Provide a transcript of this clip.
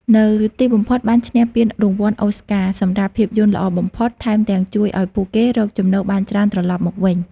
នៅទីបំផុតបានឈ្នះពានរង្វាន់ អូរស្ការ សម្រាប់ភាពយន្តល្អបំផុត ថែមទាំងជួយឲ្យពួកគេរកចំណូលបានច្រើនត្រឡប់មកវិញ។